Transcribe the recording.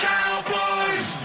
Cowboys